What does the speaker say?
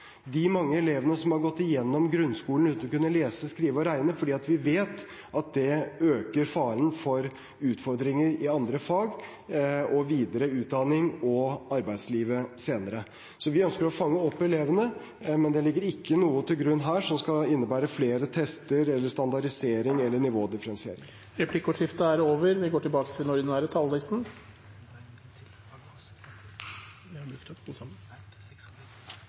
de elevene som har gått igjennom grunnskolen uten å kunne lese, skrive og regne, fordi vi vet at det øker faren for utfordringer i andre fag og videre utdanning og arbeidslivet senere. Vi ønsker å fange opp elevene, men det ligger ikke noe til grunn her som skal innebære flere tester eller standardisering eller nivådifferensiering. Jeg tør ikke å spørre om noe som noen andre har